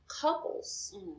couples